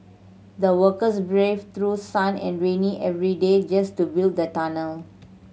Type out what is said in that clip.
the workers braved through sun and rainy every day just to build the tunnel